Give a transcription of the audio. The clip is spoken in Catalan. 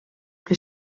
que